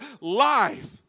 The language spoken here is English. life